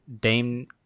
Dame